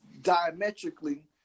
diametrically